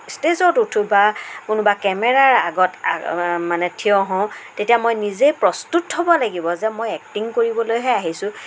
ষ্টেজত উঠো বা কোনো কেমেৰাৰ আগত মানে থিয় হওঁ তেতিয়া মই নিজে প্ৰস্তুত হ'ব লাগিব যে মই এক্টিং কৰিবলৈ হে আহিছোঁ